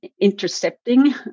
intercepting